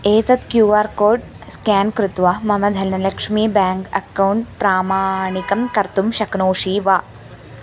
एतत् Q R code scan कृत्वा मम धनलक्ष्मी बेङ्क् अक्कौण्ट् प्रामाणिकं कर्तुं शक्नोषि वा